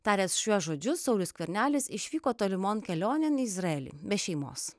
taręs šiuos žodžius saulius skvernelis išvyko tolimon kelionėn į izraelį be šeimos